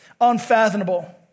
unfathomable